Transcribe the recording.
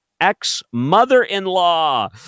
ex-mother-in-law